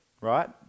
right